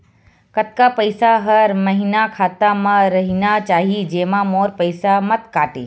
कतका पईसा हर महीना खाता मा रहिना चाही जेमा मोर पईसा मत काटे?